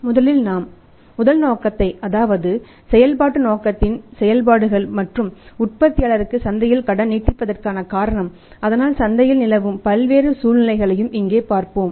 முதலில் நாம் முதல் நோக்கத்தை அதாவது செயல்பாட்டு நோக்கத்தின் செயல்பாடுகள் மற்றும் உற்பத்தியாளருக்கு சந்தையில் கடன் நீட்டிப்பதற்கான காரணம் அதனால் சந்தையில் நிலவும் பல்வேறு சூழ்நிலைகளையும் இங்கே பார்ப்போம்